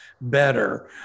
better